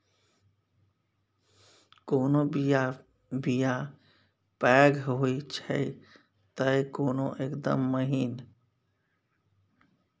कोनो बीया पैघ होई छै तए कोनो एकदम महीन